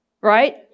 right